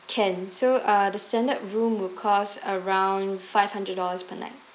can so uh the standard room will cost around five hundred dollars per night